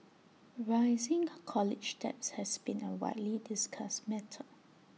rising college debt has been A widely discussed matter